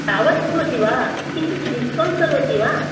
तावद् भवति वा किञ्चित् डिस्कौन्ट् करोति वा